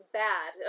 bad